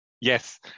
Yes